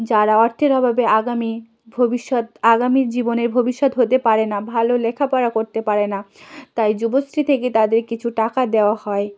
যারা অর্থের অভাবে আগামী ভবিষৎ আগামী জীবনের ভবিষ্যৎ হতে পারে না ভালো লেখাপড়া করতে পারে না তাই যুবশ্রী থেকে তাদের কিছু টাকা দেওয়া হয়